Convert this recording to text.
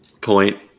Point